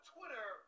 Twitter